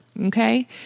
okay